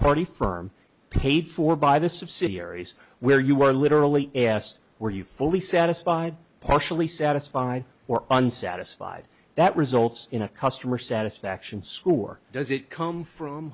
party firm paid for by the subsidiaries where you were literally asked were you fully satisfied partially satisfied or unsatisfied that results in a customer satisfaction score does it come from